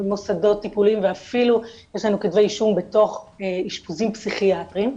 במוסדות טיפוליים ואפילו יש לנו כתבי אישום בתוך אשפוזים פסיכיאטריים,